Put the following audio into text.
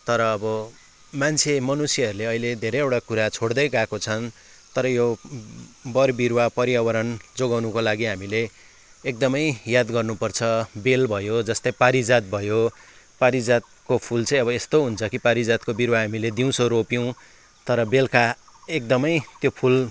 तर अब मान्छे मनुष्यहरूले अहिले धेरैवटा कुरा छोड्दै गएको छन् तर यो बरबिरुवा पर्यावरण जोगाउनुको लागि हामीले एकदमै याद गर्नुपर्छ बेल भयो जस्तै पारिजात भयो पारिजातको फुल चाहिँ अब यस्तो हुन्छ कि पारिजातको बिरुवा हामीले दिउँसो रोप्यौँ तर बेलुका एकदमै त्यो फुल